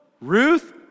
Ruth